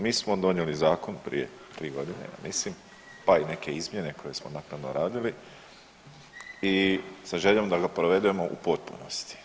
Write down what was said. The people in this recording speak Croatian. Mi smo donijeli zakon prije 3 godine ja mislim, pa i neke izmjene koje smo naknadno radili i sa željom da ga provedemo u potpunosti.